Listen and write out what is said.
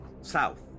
South